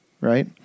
Right